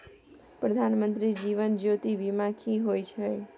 प्रधानमंत्री जीवन ज्योती बीमा की होय छै?